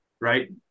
right